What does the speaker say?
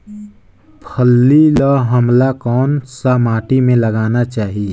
फल्ली ल हमला कौन सा माटी मे लगाना चाही?